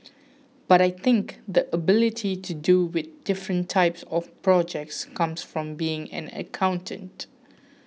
but I think the ability to deal with different types of projects comes from being an accountant